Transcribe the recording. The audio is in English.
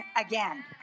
again